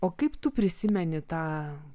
o kaip tu prisimeni tą